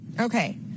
Okay